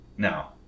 Now